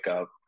up